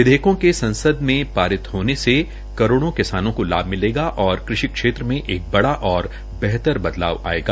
विधेयकों के संसद में पारित होने से करोड़ों किसानों को लाभ मिलेगा और कृषि क्षेत्र में एक बड़ा और बेहतर बदलाव आयेगा